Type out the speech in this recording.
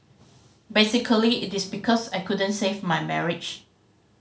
basically it is because I couldn't save my marriage